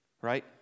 right